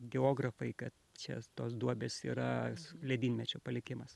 geografai kad čia tos duobės yra ledynmečio palikimas